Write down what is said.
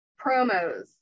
promos